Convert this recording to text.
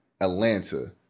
Atlanta